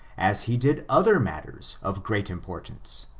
as he did other matters of great importance,